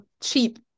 cheap